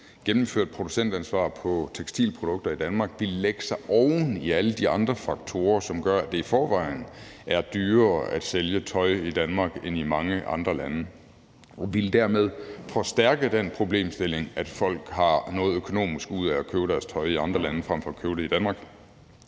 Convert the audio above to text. gennemført producentansvar på tekstilprodukter i Danmark ville lægge sig oven i alle de andre faktorer, som gør, at det i forvejen er dyrere at sælge tøj i Danmark end i mange andre lande, og dermed ville forstærke den problemstilling, at folk har noget økonomisk ud af at købe deres tøj i andre lande frem for at købe det i Danmark.